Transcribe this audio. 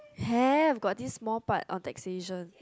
have got this small part on taxation